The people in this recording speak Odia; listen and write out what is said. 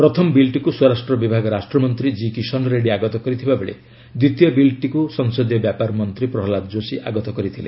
ପ୍ରଥମ ବିଲ୍ଟିକୁ ସ୍ୱରାଷ୍ଟ୍ର ବିଭାଗ ରାଷ୍ଟ୍ରମନ୍ତ୍ରୀ ଜି କିଷନ୍ ରେଡ୍ରୀ ଆଗତ କରିଥିବାବେଳେ ଦ୍ୱିତୀୟ ବିଲ୍ଟିକୁ ସଂସଦୀୟ ବ୍ୟାପାର ମନ୍ତ୍ରୀ ପ୍ରହଲ୍ଲାଦ ଯୋଶୀ ଆଗତ କରିଥିଲେ